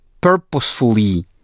purposefully